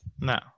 No